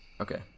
Okay